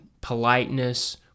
politeness